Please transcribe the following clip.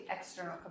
external